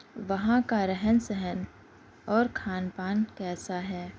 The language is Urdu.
وہاں کا رہن سہن اور کھان پان کیسا ہے